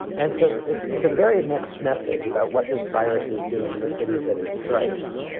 and so it's it's a very mixed message about what this virus is doing to cities that it strikes.